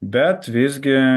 bet visgi